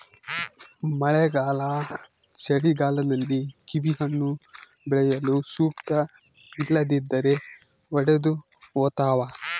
ಮಳೆಗಾಲ ಚಳಿಗಾಲದಲ್ಲಿ ಕಿವಿಹಣ್ಣು ಬೆಳೆಯಲು ಸೂಕ್ತ ಇಲ್ಲದಿದ್ದರೆ ಒಡೆದುಹೋತವ